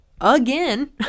again